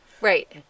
right